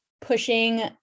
pushing